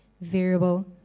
variable